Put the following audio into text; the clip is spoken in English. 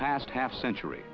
past half century